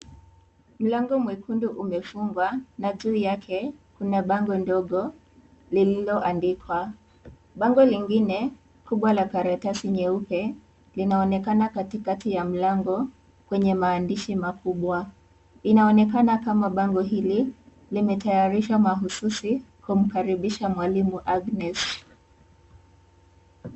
Mlango mwekundu umefungwa na juu yake kuna bango ndogo lililoandikwa. Bango lingine kubwa la karatasi nyeupe, linaonekana katikati ya mlango kwenye maandishi makubwa. Inaonekana kama bango hili limetayarishwa mahususi kumkaribisha mwalimu Agnes.